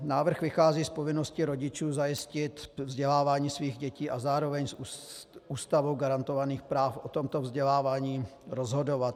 Návrh vychází z povinnosti rodičů zajistit vzdělávání svých dětí a zároveň z Ústavou garantovaných práv o tomto vzdělávání rozhodovat.